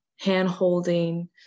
hand-holding